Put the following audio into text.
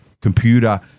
computer